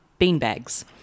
beanbags